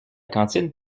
cantine